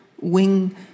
wing